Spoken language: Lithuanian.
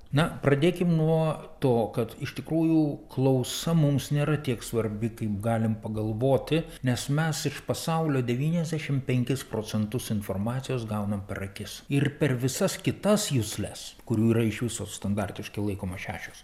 na pradėkim nuo to kad iš tikrųjų klausa mums nėra tiek svarbi kaip galim pagalvoti nes mes iš pasaulio devyniasdešim penkis procentus informacijos gaunam per akis ir per visas kitas jusles kurių yra iš viso standartiškai laikoma šešios